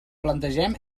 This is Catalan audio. plantegem